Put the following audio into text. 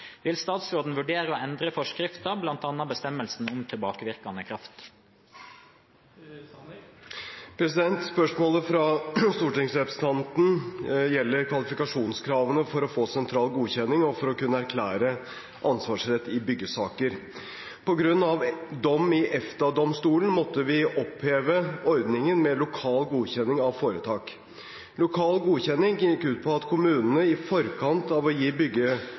vil bli besvart av barne- og likestillingsministeren som rette vedkommende. Spørsmål 8, fra representanten Carl-Erik Grimstad til helse- og omsorgsministeren, er trukket tilbake. Spørsmålet fra stortingsrepresentanten gjelder kvalifikasjonskravene for å få sentral godkjenning og for å kunne erklære ansvarsrett i byggesaker. På grunn av en dom i EFTA-domstolen måtte vi oppheve ordningen med lokal godkjenning av foretak. Lokal godkjenning gikk ut på at kommunene i forkant av